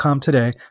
today